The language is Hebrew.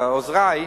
עוזרי: